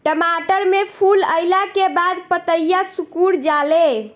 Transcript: टमाटर में फूल अईला के बाद पतईया सुकुर जाले?